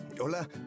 Hola